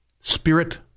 spirit